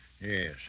Yes